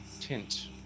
tint